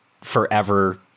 forever